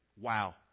wow